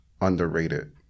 underrated